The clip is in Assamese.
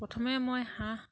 প্ৰথমে মই হাঁহ